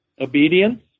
Obedience